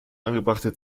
angebrachte